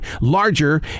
larger